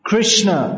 Krishna